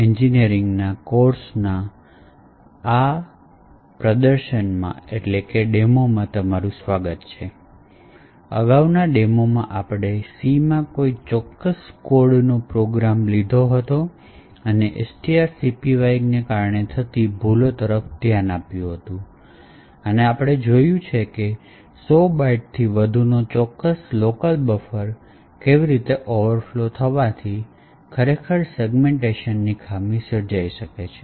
અગાઉના ડેમોસ્ટ્રેશનમાં આપણે C માં કોઈ ચોક્કસ કોડનો પ્રોગ્રામ લીધો હતો અને strcpy ને કારણે થતી ભૂલો તરફ ધ્યાન આપ્યું હતું અને આપણે જોયું છે કે 100 બાઇટ્સથી વધુના ચોક્કસ લોકલ બફરનેકેવી રીતે ઓવરફ્લો થવાથી ખરેખર સેગ્મેન્ટેશનની ખામી સર્જાઈ શકે છે